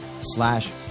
slash